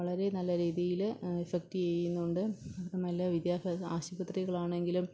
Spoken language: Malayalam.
വളരെ നല്ല രീതിയിൽ എഫക്റ്റ് ചെയ്യുന്നുണ്ട് നല്ല വിദ്യാഭ്യാസ ആശുപത്രികളാണെങ്കിലും